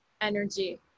energy